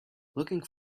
looking